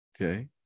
okay